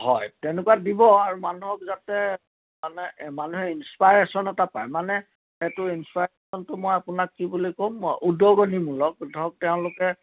হয় তেনেকুৱা দিব আৰু মানুহক যাতে মানে মানুহে ইনছপাইৰেচন এটা পাই মানে সেইটো ইনছপাইৰেচনটো মই আপোনাক কি বুলি কম মই উদগনিমূলক ধৰক তেওঁলোকে